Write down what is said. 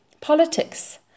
politics